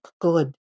good